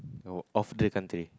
of the country